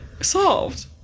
solved